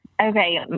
Okay